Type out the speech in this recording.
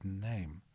name